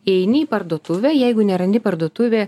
įeini į parduotuvę jeigu nerandi parduotuvė